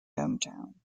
hometown